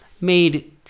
made